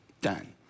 done